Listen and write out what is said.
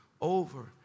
over